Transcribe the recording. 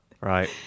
right